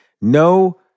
No